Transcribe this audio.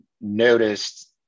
noticed